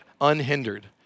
unhindered